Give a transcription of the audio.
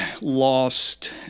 lost